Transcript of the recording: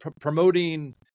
promoting